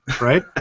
Right